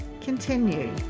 continue